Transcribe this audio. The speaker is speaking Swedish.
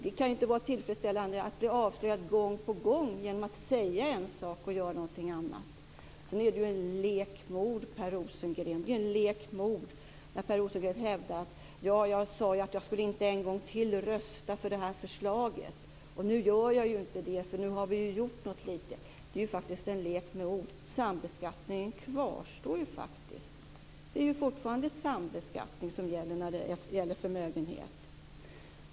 Det kan ju inte vara tillfredsställande att bli avslöjad gång på gång när man säger en sak och gör någonting annat. Det är en lek med ord när Per Rosengren hävdar att han sade att han inte en gång till skulle rösta för det här förslaget och att han nu inte gör det därför att de har gjort lite. Det är en lek med ord. Sambeskattningen kvarstår ju. Det är fortfarande sambeskattning när det gäller förmögenhet.